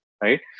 right